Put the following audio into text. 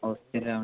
ഹോസ്റ്റലോ